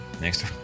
Next